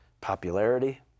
Popularity